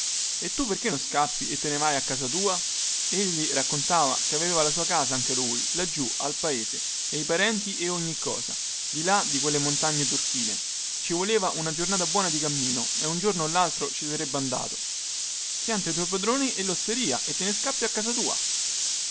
e tu perchè non scappi e te ne vai a casa tua egli raccontava che aveva la sua casa anche lui laggiù al paese e i parenti e ogni cosa di là di quelle montagne turchine ci voleva una giornata buona di cammino e un giorno o laltro ci sarebbe andato pianta i tuoi padroni e losteria e te ne scappi a casa tua